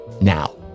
now